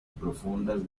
profundas